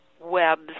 webs